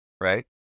Right